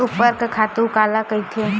ऊर्वरक खातु काला कहिथे?